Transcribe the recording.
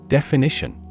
Definition